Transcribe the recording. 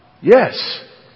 Yes